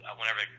whenever